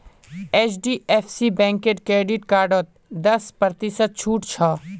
HDFC बैंकेर credit कार्डत दस प्रतिशत छूट छ